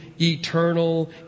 eternal